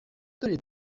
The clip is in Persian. دارید